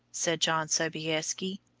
said john sobieski,